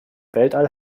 weltall